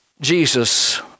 Jesus